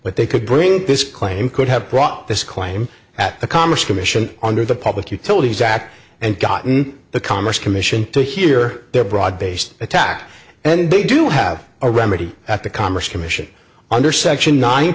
but they could bring this claim could have brought this claim at the commerce commission under the public utilities act and gotten the commerce commission to hear their broad based attack and they do have a remedy at the commerce commission under section nine